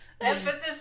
Emphasis